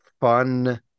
fun